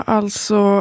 alltså